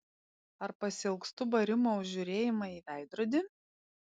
ar pasiilgstu barimo už žiūrėjimą į veidrodį